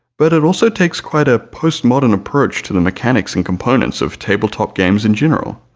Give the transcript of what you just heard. but it also takes quite a postmodern approach to the mechanics and components of tabletop games in general.